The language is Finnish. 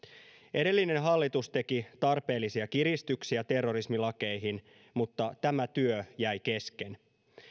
edellinen hallitus teki tarpeellisia kiristyksiä terrorismilakeihin mutta tämä työ jäi kesken